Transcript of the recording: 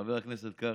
ולחבר הכנסת קרעי: